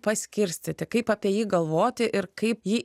paskirstyti kaip apie jį galvoti ir kaip jį